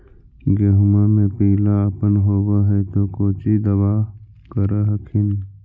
गोहुमा मे पिला अपन होबै ह तो कौची दबा कर हखिन?